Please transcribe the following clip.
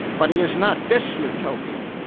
but he is not dis-utopian.